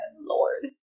lord